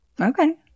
okay